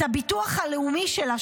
את הביטוח הלאומי שלה,